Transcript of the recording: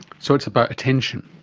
so it's about attention.